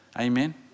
Amen